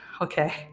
okay